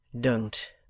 Don't